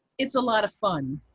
it's a lot of fun.